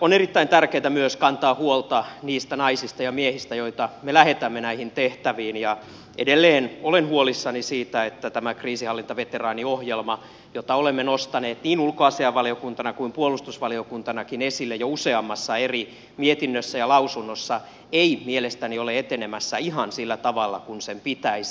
on erittäin tärkeätä myös kantaa huolta niistä naisista ja miehistä joita me lähetämme näihin tehtäviin ja edelleen olen huolissani siitä että tämä kriisinhallintaveteraaniohjelma jota olemme nostaneet niin ulkoasiainvaliokunnassa kuin puolustusvaliokunnassakin esille jo useammassa eri mietinnössä ja lausunnossa ei mielestäni ole etenemässä ihan sillä tavalla kuin sen pitäisi